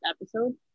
episode